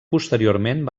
posteriorment